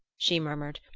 she murmured,